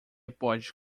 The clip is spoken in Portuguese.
pode